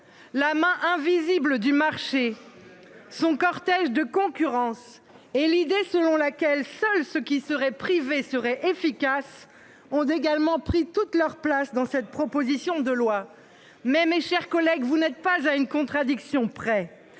La main invisible du marché. Son cortège de concurrence et l'idée selon laquelle seuls ceux qui seraient privés serait efficace on également pris toute leur place dans cette proposition de loi mais mes chers collègues, vous n'êtes pas à une contradiction près,